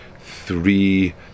three